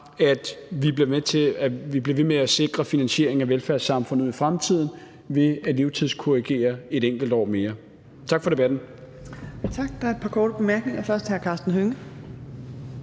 at vi bliver ved med at sikre finansieringen af velfærdssamfundet i fremtiden ved at levetidskorrigere et enkelt år mere. Tak for debatten.